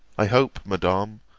i hope, madam,